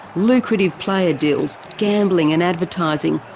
lucrative player deals, gambling and advertising,